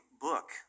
book